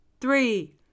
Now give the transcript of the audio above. three